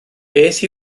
beth